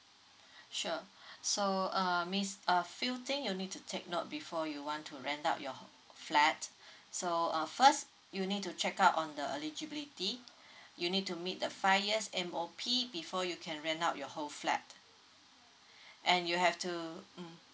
sure so um miss a few thing you need to take note before you want to rent out your flat so uh first you need to check out on the eligibility you need to meet the five years M_O_P before you can rent out your whole flat and you have to um